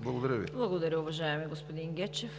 КАРАЯНЧЕВА: Благодаря, уважаеми господин Гечев.